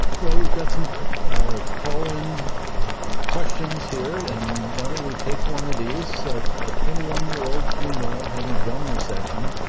well, we've got some ah call-in questions here and why don't we take one of these. a twenty one year old female having gum recession,